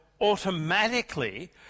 automatically